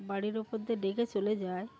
বাড়ির উপর দিয়ে ডেকে চলে যায়